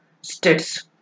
states